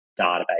database